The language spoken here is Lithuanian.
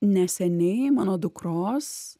neseniai mano dukros